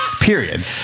Period